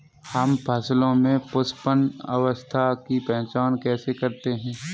हम फसलों में पुष्पन अवस्था की पहचान कैसे करते हैं?